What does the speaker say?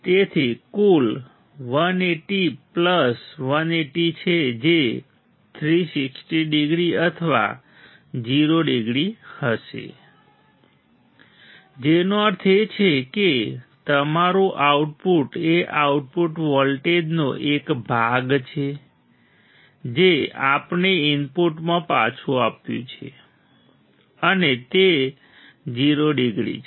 તેથી કુલ 180 પ્લસ 180 છે જે 360 ડિગ્રી અથવા 0 ડિગ્રી હશે જેનો અર્થ છે કે તમારું આઉટપુટ એ આઉટપુટ વોલ્ટેજનો એક ભાગ છે જે આપણે ઇનપુટમાં પાછું આપ્યું છે અને તે 0 ડિગ્રી છે